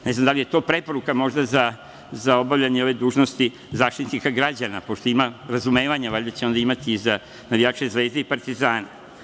Ne znam da li je to preporuka, možda za obavljanje ove dužnosti Zaštitnika građana, pošto ima razumevanja, valjda će onda imati i za navijače Zvezde i Partizana.